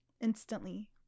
instantly